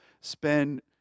spend